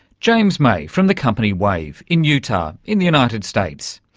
james may from the company wave in utah in the united states.